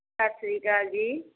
ਸਤਿ ਸ਼੍ਰੀ ਅਕਾਲ ਜੀ